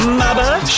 mother